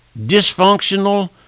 dysfunctional